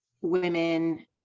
women